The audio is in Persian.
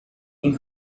این